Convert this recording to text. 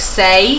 say